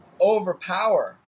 overpower